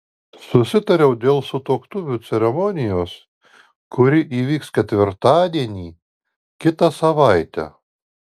susitariau dėl sutuoktuvių ceremonijos kuri įvyks ketvirtadienį kitą savaitę